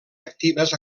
actives